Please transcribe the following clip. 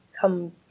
come